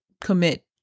commit